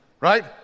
Right